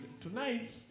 Tonight